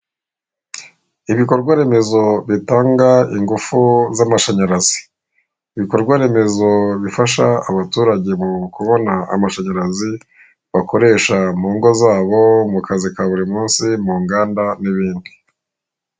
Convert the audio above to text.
Ibikorwaremezo bitanga ingufu z'amashanyarazi, ibikorwaremezo bifasha abaturage mu kubona amashanyarazi bakoresha mu ngo zabo, mukazi ka buri munsi, mu nganda n'ibindi.